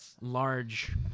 Large